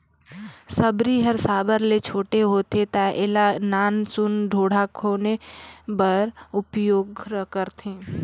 सबरी हर साबर ले छोटे होथे ता एला नान सुन ढोड़गा खने बर उपियोग करथे